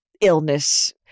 illness